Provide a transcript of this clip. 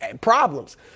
problems